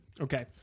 Okay